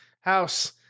house